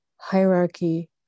hierarchy